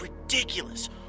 ridiculous